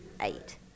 eight